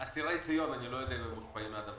אסירי ציון, אני לא יודע אם הם מושפעים מזה.